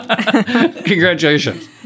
Congratulations